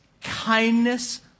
kindness